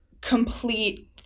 complete